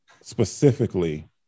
specifically